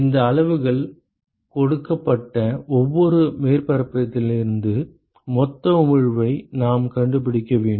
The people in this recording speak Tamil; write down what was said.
இந்த அளவுகள் கொடுக்கப்பட்ட ஒவ்வொரு மேற்பரப்பிலிருந்தும் மொத்த உமிழ்வை நாம் கண்டுபிடிக்க வேண்டும்